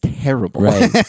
terrible